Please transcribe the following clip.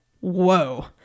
Whoa